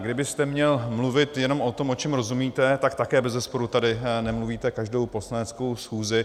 Kdybyste měl mluvit jenom o tom, čemu rozumíte, tak také bezesporu tady nemluvíte každou poslaneckou schůzi.